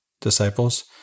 disciples